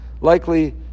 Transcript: likely